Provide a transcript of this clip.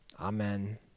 amen